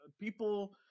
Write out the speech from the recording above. people